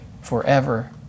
forever